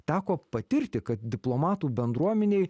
teko patirti kad diplomatų bendruomenėj